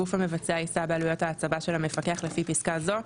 הגוף המבצע יישא בעלויות ההצבה של המפקח לפי פסקה זו,